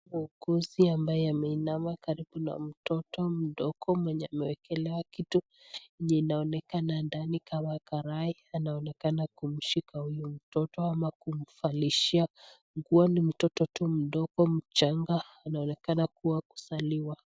Muuguzi ambaye ameinama karibu na mtoto mdogo mwenye amewekelea kitu yenye inaonekana ndani kama karai. Anaonekana kumshika huyo mtoto ama kumvalishia nguo. Ni mtoto tu mdogo mchanga anaonekana kuwa kuzaliwa.